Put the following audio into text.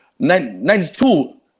92